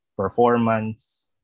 Performance